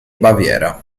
baviera